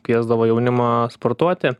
kviesdavo jaunimą sportuoti